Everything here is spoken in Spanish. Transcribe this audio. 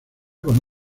con